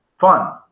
fun